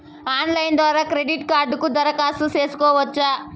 Online ద్వారా credit కార్డుకు దరఖాస్తు సేసుకోవచ్చా?